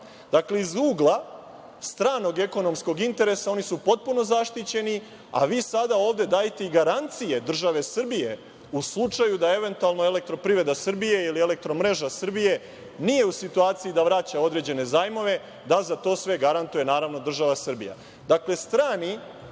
Dakle, iz ugla stranog ekonomskog interesa oni su potpuno zaštićeni, a vi sada ovde dajete i garancije države Srbije u slučaju da eventualno EPS ili EMS nije u situaciji da vraća određene zajmove, da za to sve garantuje naravno država Srbija. Dakle,